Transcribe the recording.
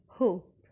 Hope